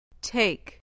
take